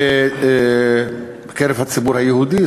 בציבורי היהודי.